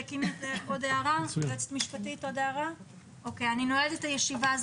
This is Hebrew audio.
אני נועלת את הישיבה.